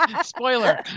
Spoiler